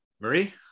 Marie